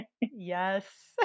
Yes